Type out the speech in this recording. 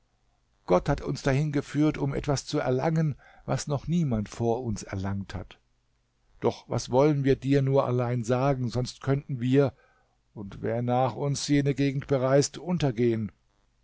gott hat uns dahin geführt um etwas zu erlangen was noch niemand vor uns erlangt hat doch was wollen wir dir nur allein sagen sonst könnten wir und wer nach uns jene gegend bereist untergehen